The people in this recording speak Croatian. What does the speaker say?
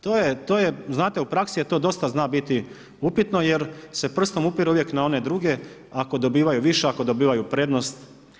To je, to je, znate u praksi to dosta zna biti upitno jer se prstom uvijek upire na one druge ako dobivaju više, ako dobivaju prednost.